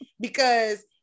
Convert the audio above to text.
because-